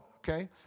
okay